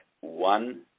one